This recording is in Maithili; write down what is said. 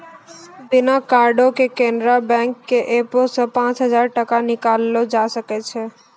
बिना कार्डो के केनरा बैंक के एपो से पांच हजार टका निकाललो जाय सकै छै